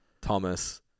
thomas